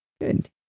Good